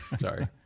Sorry